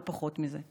לא פחות מזה.